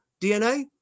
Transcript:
DNA